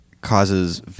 Causes